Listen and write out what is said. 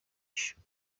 ishuri